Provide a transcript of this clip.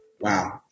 Wow